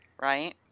Right